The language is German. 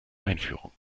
einführung